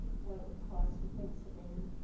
what it would cost to fence it in,